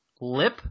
Lip